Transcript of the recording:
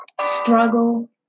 struggle